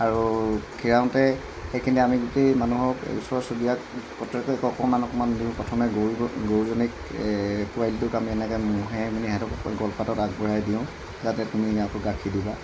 আৰু খীৰাওঁতে সেইখিনি আমি গোটেই মানুহক ওচৰ চুবুৰীয়াক প্ৰত্যেককে অকমান অকমান দিওঁ প্ৰথমে গৰু গৰুজনীক পোৱালিটোক আমি এনেকৈ মোহাৰি মেলি সিহঁতকো কলপাতত আগবঢ়াই দিওঁ যাতে তুমি আকৌ গাখীৰ দিবা